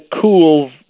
cool